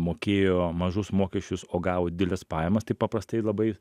mokėjo mažus mokesčius o gavo dideles pajamas tai paprastai labai